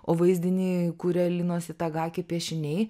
o vaizdinį kūrė linos itagaki piešiniai